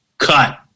cut